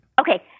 Okay